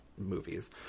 movies